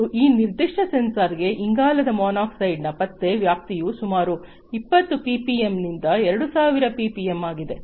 ಮತ್ತು ಈ ನಿರ್ದಿಷ್ಟ ಸೆನ್ಸಾರ್ ಗೆ ಇಂಗಾಲದ ಮಾನಾಕ್ಸೈಡ್ನ ಪತ್ತೆ ವ್ಯಾಪ್ತಿಯು ಸುಮಾರು 20 ಪಿಪಿಎಂನಿಂದ 2000 ಪಿಪಿಎಂ ಆಗಿದೆ